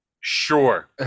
Sure